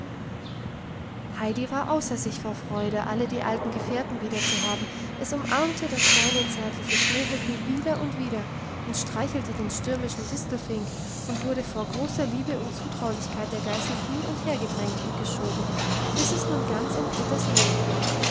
heidi war außer sich vor freude alle die alten gefährten wieder zu haben es umarmte das kleine zärtliche schneehöppli wieder und wieder und streichelte den stürmischen distelfink und wurde vor großer liebe und zutraulichkeit der geißen hin und her gedrängt und geschoben bis es nun ganz in peters nähe kam